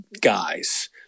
guys